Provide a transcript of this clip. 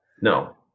No